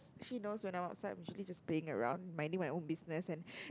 she knows when I'm outside I'm usually just playing around minding my own business and